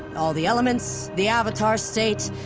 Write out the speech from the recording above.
all the elements, the avatar state,